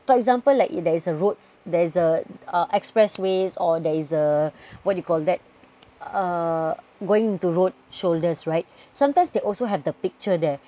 for example like there is a roads there is a uh expressways or there is uh what do you call that uh going to road shoulders right sometimes they also have the picture there